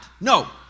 No